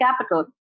capital